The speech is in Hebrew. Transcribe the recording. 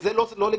וזה לא לגיטימי.